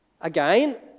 Again